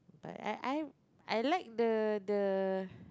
but I I I like the the